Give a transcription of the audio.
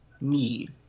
need